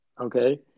okay